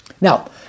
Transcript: Now